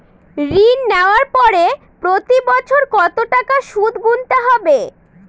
ঋণ নেওয়ার পরে প্রতি বছর কত টাকা সুদ গুনতে হবে?